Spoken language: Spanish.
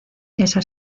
esa